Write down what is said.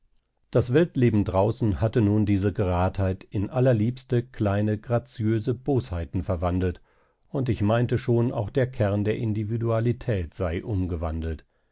das weltleben draußen hatte nun diese geradheit in allerliebste kleine graziöse bosheiten verwandelt und ich meinte schon auch der kern der individualität sei umgewandelt